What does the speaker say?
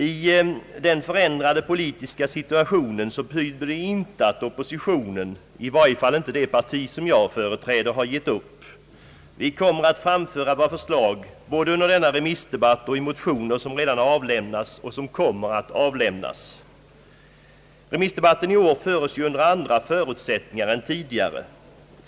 I den förändrade politiska situationen betyder det inte att oppositionen, i varje fall inte det parti jag företräder, har givit upp. Vi kommer att framföra våra förslag både under denna remissdebatt och i motioner, som redan har Remissdebatten i år föres under andra förutsättningar än tidigare.